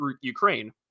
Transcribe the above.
Ukraine